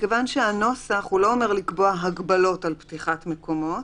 מכיוון שהנוסח לא אומר לקבוע הגבלות על פתיחת מקומות,